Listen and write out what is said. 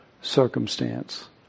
circumstance